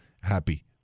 happy